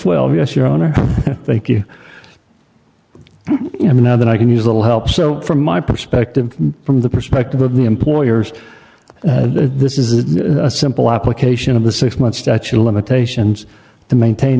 twelve yes your honor thank you i mean now that i can use a little help so from my perspective from the perspective of the employers this is a simple application of the six month statute of limitations to maintain